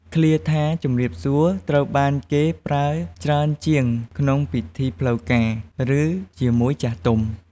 ឃ្លាថា «ជំរាបសួរ» ត្រូវបានគេប្រើច្រើនជាងក្នុងពិធីផ្លូវការ ឬ ជាមួយចាស់ទុំ។